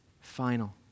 final